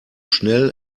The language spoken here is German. schnell